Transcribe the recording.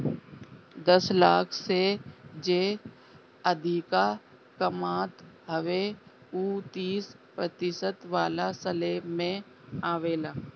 दस लाख से जे अधिका कमात हवे उ तीस प्रतिशत वाला स्लेब में आवेला